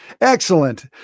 Excellent